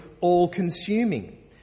all-consuming